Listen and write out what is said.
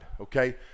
okay